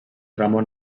ramon